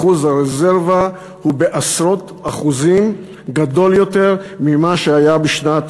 אחוז הרזרבה גדול יותר בעשרות אחוזים ממה שהיה בשנת